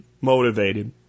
motivated